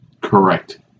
Correct